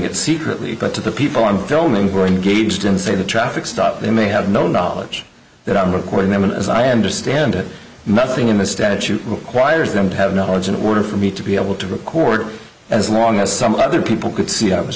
it secretly but to the people i'm filming for engaged inside a traffic stop they may have no knowledge that i'm recording them and as i understand it nothing in the statute requires them to have knowledge in order for me to be able to record as long as some other people could see how it was